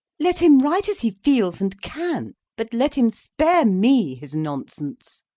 let him write as he feels and can, but let him spare me his nonsense.